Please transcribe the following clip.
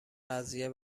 اذیت